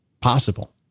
possible